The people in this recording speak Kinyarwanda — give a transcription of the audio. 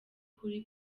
kuri